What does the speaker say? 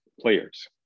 Players